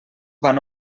van